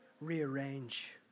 rearrange